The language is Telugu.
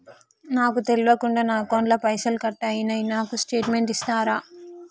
నాకు తెల్వకుండా నా అకౌంట్ ల పైసల్ కట్ అయినై నాకు స్టేటుమెంట్ ఇస్తరా?